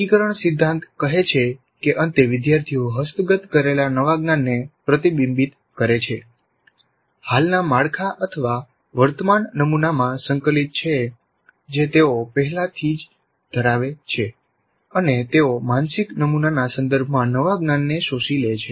એકીકરણ સિદ્ધાંત કહે છે કે અંતે વિદ્યાર્થીઓ હસ્તગત કરેલા નવા જ્ઞાનને પ્રતિબિંબિત કરે છે હાલના માળખાવર્તમાન નમુનામાં સંકલિત છે જે તેઓ પહેલાથી ધરાવે છે અને તેઓ માનસિક નમુનાના સંદર્ભમાં નવા જ્ઞાનને શોષી લે છે